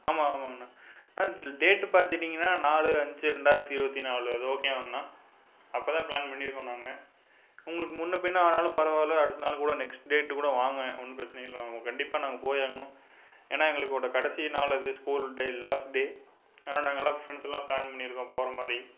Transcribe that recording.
ஆமாம் ஆமாங்கண்ணா ஆ டேட் பார்த்திட்டிங்கன்னா நாலு அஞ்சு ரெண்டாயிரத்தி இருபத்தி நாலு அது ஓக்கேவாங்கண்ணா அப்போதான் ப்ளான் பண்ணியிருக்கோம் நாங்கள் உங்களுக்கு முன்னே பின்னே ஆனாலும் பரவாயில்ல அடுத்தநாள் கூட நெக்ஸ்ட் டேட் கூட வாங்க ஒன்றும் பிரச்சனை இல்லை வாங்க கண்டிப்பாக நாங்கள் போய் ஆகணும் ஏன்னா எங்களுக்கு ஓட கடைசி நாள் அது ஸ்கூல் டே லாஸ்ட் டே அதனால நாங்களாம் ஃப்ரெண்ட்ஸ் எல்லாம் ப்ளான் பண்ணியிருக்கோம் போகிற மாதிரி